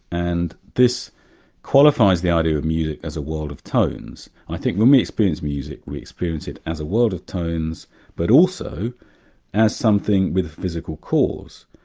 and this qualifies the idea of music as a world of tones. i think when we experience music, we experience it as a world of tones but also as something with a physical cause,